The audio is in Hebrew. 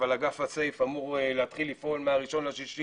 אבל אגף הסייף אמור להתחיל לפעול מ-1.6.2021,